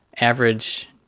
average